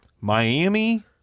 Miami